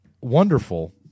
wonderful